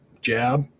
jab